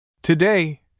Today